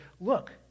Look